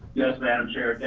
yes, madam chair,